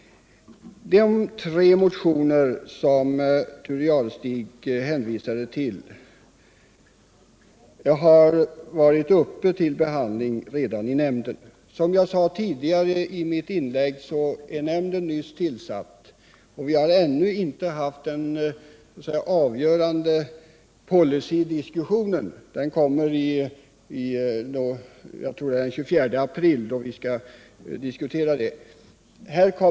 De tre motioner Thure Jadestig hänvisade till har redan varit uppe till behandling i nämnden. Man måste emellertid beakta att nämnden som jag sade i mitt tidigare inlägg nyligen är tillsatt, och vi har ännu inte haft någon avgörande policydiskussion. Jag tror det är den 24 april som vi skall diskutera sådana frågor.